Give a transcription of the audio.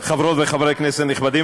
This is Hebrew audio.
זו הדרך הנכונה להתקדם.